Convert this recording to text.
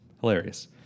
hilarious